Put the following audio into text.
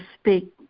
speak